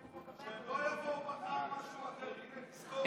שהם לא יבואו מחר עם משהו אחר, תזכור.